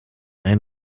ein